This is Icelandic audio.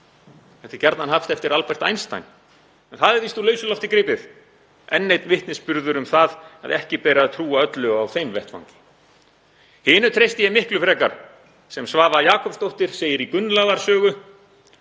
Þetta er gjarnan haft eftir Albert Einstein en það er víst úr lausu lofti gripið, enn einn vitnisburður um það að ekki beri að trúa öllu á þeim vettvangi. Hinu treysti ég miklu frekar sem Svava Jakobsdóttir segir í Gunnlaðar sögu,